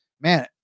man